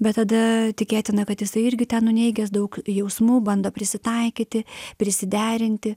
bet tada tikėtina kad jisai irgi ten nuneigęs daug jausmų bando prisitaikyti prisiderinti